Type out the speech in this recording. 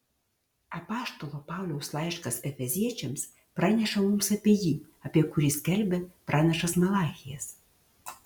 apaštalo pauliaus laiškas efeziečiams praneša mums apie jį apie kurį skelbė pranašas malachijas